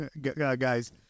guys